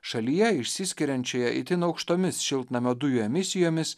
šalyje išsiskiriančioje itin aukštomis šiltnamio dujų emisijomis